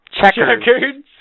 Checkers